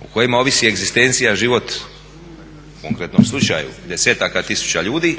o kojima ovisi egzistencija, život u konkretnom slučaju desetaka tisuća ljudi